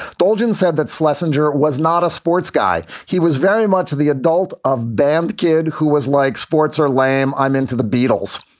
bolduan's said that's lesson jr. was not a sports guy. he was very much the adult of band kid who was like sports or lamb. i'm into the beatles,